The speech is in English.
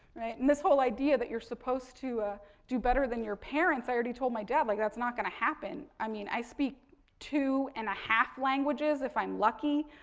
right, and this whole idea that you're supposed to do better than your parents, i already told my dad, like, that's not going to happen. i mean, i speak two and a half languages if i'm lucky,